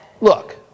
look